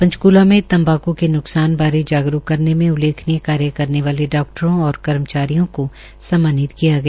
पंचकुला में तम्बाक् के न्कसान बारे जागरूक कार्य करने में उल्लेखनीय कार्य करेन वाले डाक्टरों और कर्मचारियों को सम्मानित किया गया